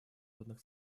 водных